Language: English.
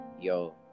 yo